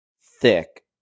thick